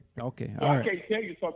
Okay